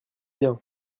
bien